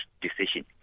decision